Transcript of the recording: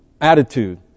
attitude